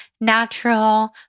natural